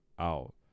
out